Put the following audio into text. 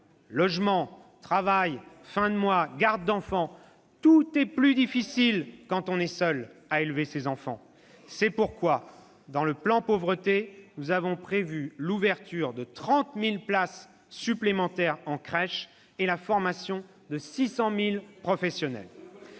Logement, travail, fins de mois, garde d'enfants : tout est plus difficile quand on est seul. C'est pourquoi, dans le plan Pauvreté, nous avons prévu l'ouverture de 30 000 places en crèches et la formation de 600 000 professionnels.